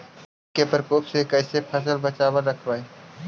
कीट के परकोप से कैसे फसल बचाब रखबय?